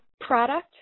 product